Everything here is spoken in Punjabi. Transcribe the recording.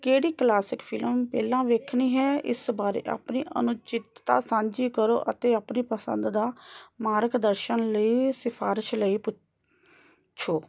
ਕਿਹੜੀ ਕਲਾਸਿਕ ਫਿਲਮ ਪਹਿਲਾਂ ਵੇਖਣੀ ਹੈ ਇਸ ਬਾਰੇ ਆਪਣੇ ਅਨੁਚਿਤਤਾ ਸਾਂਝੀ ਕਰੋ ਅਤੇ ਆਪਣੀ ਪਸੰਦ ਦਾ ਮਾਰਗਦਰਸ਼ਨ ਲਈ ਸਿਫਾਰਿਸ਼ ਲਈ ਪੁੱਛੋ